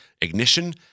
ignition